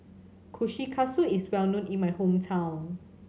Kushikatsu is well known in my hometown